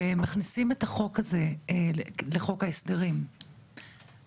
ומכניסים את החוק הזה לחוק ההסדרים,